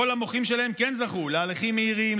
כל המוחים שלהם כן זכו להליכים מהירים,